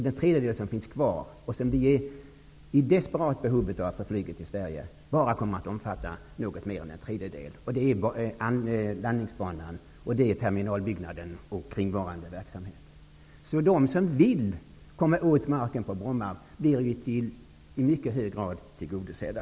Den del som finns kvar, som vi är i desperat behov av för flyget i Sverige, kommer bara att omfatta något mer än en tredjedel. Det är landningsbanan, terminalbyggnaden och verksamheten därikring. De som vill komma åt marken på Bromma blir i mycket hög grad tillgodosedda.